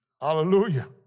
Hallelujah